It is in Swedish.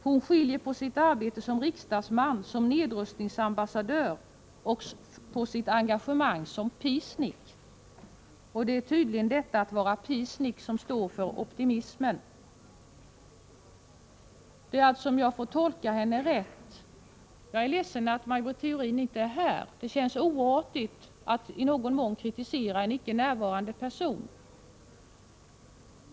Hon skiljer på sitt arbete som riksdagsman, sitt uppdrag som nedrustningsambassadör och sitt engagemang som peace-nick. Det är tydligen detta att vara peace-nick som står för optimismen. Jag är ledsen att Maj Britt Theorin inte är här i kammaren. Det känns oartigt att i någon mån kritisera en icke närvarande person.